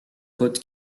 potes